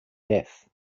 death